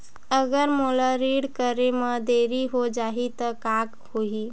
अगर मोला ऋण करे म देरी हो जाहि त का होही?